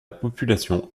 population